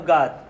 God